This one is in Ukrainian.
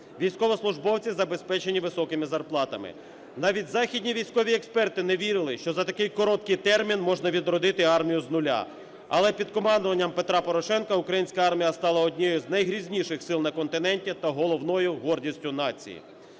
військовослужбовці забезпечені високими зарплатами. Навіть західні військові експерти не вірили, що за такий короткий термін можна відродити армію з нуля, але під командуванням Петра Порошенка українська армія стала однією з найгрізніших сил на континенті та головною гордістю нації.